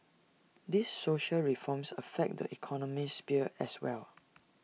the dwarf crafted A sharp sword and A tough shield for the knight